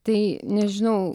tai nežinau